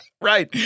Right